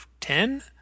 ten